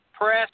Press